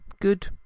good